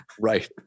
Right